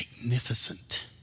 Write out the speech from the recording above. magnificent